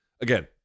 again